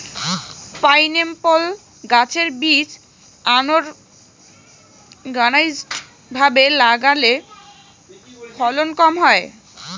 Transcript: pineapple গাছের বীজ unorganised ভাবে লাগালে ফলন কম হয়